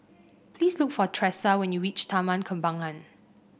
please look for Tresa when you reach Taman Kembangan